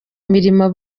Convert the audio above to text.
mirimo